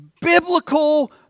biblical